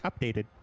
updated